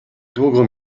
długo